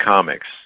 comics